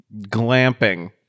Glamping